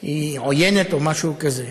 כי היא עוינת או משהו כזה.